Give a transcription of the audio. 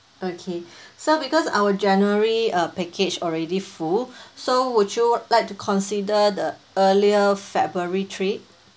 okay so because our january uh package already full so would you like to consider the earlier february trip